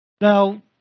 now